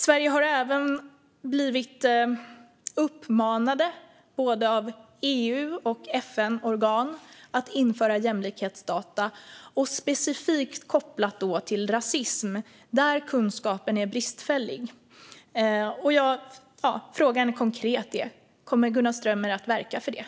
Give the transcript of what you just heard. Sverige har även av EU och FN-organ blivit uppmanat att införa jämlikhetsdata specifikt kopplat till rasism, där kunskapen är bristfällig. Frågan är konkret: Kommer Gunnar Strömmer att verka för detta?